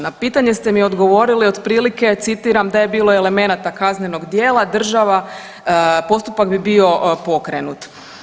Na pitanje ste mi odgovorili otprilike, citiram, da je bilo elemenata kaznenog djela, država postupak bi bio pokrenut.